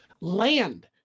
land